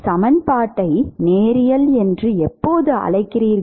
சமன்பாட்டை நேரியல் என்று எப்போது அழைக்கிறீர்கள்